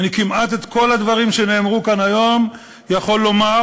כמעט את כל הדברים שנאמרו כאן אני היום יכול לומר